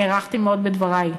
הארכתי מאוד בדברי,